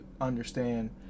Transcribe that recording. understand